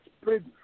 spread